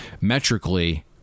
metrically